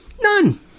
None